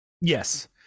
Yes